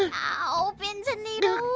owwww! pins and needles!